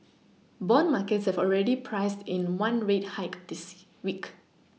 bond markets have already priced in one rate hike this week